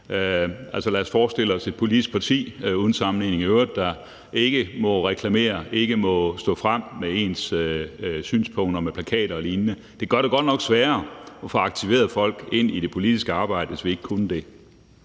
lad os forestille os et politisk parti, uden sammenligning i øvrigt, der ikke må reklamere, ikke må stå frem med sine synspunkter, med plakater og lignende. Det ville godt nok gøre det svært at få aktiveret folk ind i det politiske arbejde, hvis vi ikke kunne det.